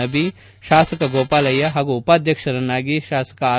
ನಬಿ ಶಾಸಕ ಗೋಪಾಲಯ್ಯ ಹಾಗೂ ಉಪಾಧ್ಯಕ್ಷರನ್ನಾಗಿ ಶಾಸಕ ಆರ್